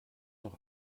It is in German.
noch